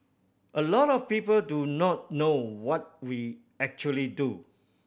a lot of people do not know what we actually do